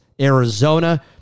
Arizona